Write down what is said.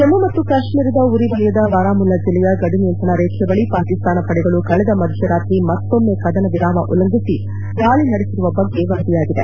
ಜಮ್ಮ ಮತ್ತು ಕಾಶ್ಮೀರದ ಉರಿವಲಯದ ಬಾರಾಮುಲ್ಲಾ ಜಿಲ್ಲೆಯ ಗಡಿನಿಯಂತ್ರಣ ರೇಖೆ ಬಳಿ ಪಾಕಿಸ್ತಾನ ಪಡೆಗಳು ಕಳೆದ ಮದ್ಭರಾತ್ರಿ ಮತ್ತೊಮ್ನೆ ಕದನ ವಿರಾಮ ಉಲ್ಲಂಘಿಸಿ ದಾಳಿ ನಡೆಸಿರುವ ಬಗ್ಗೆ ವರದಿಯಾಗಿದೆ